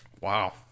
Wow